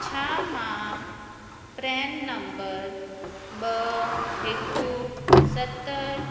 छा मां प्रैन नम्बर ॿ हिकु सत